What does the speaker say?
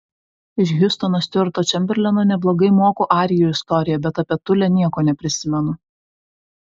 iš hiustono stiuarto čemberleno neblogai moku arijų istoriją bet apie tulę nieko neprisimenu